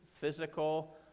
physical